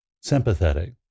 sympathetic